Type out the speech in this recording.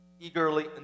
eagerly